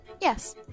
Yes